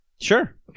Sure